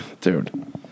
Dude